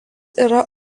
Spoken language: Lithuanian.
yra